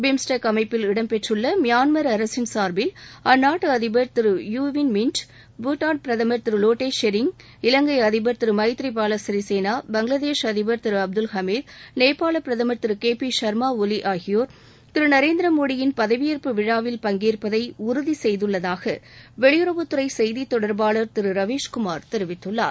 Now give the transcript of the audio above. BIMSTEC அமைப்பில் இடம்பெற்றுள்ள Myanmar அரசின் சார்பில் அந்நாட்டு அதிபர் Thiru U Win Myint Bhutan பிரதமர் திரு லோட்டே ஷெரிங் இலங்கை அதிபர் திரு மைத்றிபால சிறிசேனா பங்களாதேஷ் அதிபா் திரு அப்துல் ஹமீத் நேபாள பிரதமா் திரு கே பி ஷா்மா ஒலி ஆகியோா் திரு நரேந்திர மோடியின் பதவியேற்பு விழாவில் பங்கேற்பதை உறுதி செய்துள்ளதாக வெளியுறவுத் துறை செய்தித்தொடர்பாளர் திரு ரவீஷ்குமார் தெரிவித்துள்ளார்